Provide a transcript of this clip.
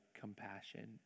compassion